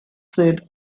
said